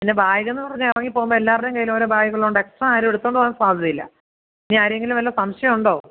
പിന്നെ ബാഗെന്ന് പറഞ്ഞാൽ ഇറങ്ങി പോകുമ്പോൾ എല്ലാവരുടെയും കയ്യിലോരോ ബാഗ്കളുണ്ട് എക്സ്ട്രാ ആരും എടുത്തുകൊണ്ട് പോവാൻ സാധ്യതയില്ല ഇനിയാരെയെങ്കിലും വല്ല സംശയം ഉണ്ടോ